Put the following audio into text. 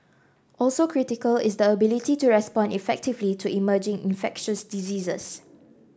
also critical is the ability to respond effectively to emerging infectious diseases